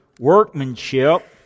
workmanship